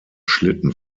schlitten